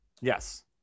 yes